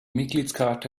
mitgliedskarte